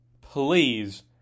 please